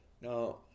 Now